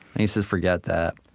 and he says, forget that.